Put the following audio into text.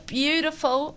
beautiful